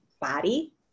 body